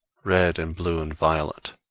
red and blue and violet.